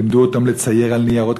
לימדו אותם לצייר על ניירות,